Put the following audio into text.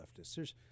leftists